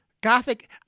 Gothic